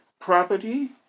property